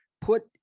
put